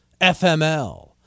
FML